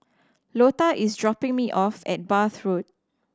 Lota is dropping me off at Bath Road